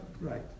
right